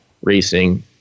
racing